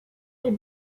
est